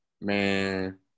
Man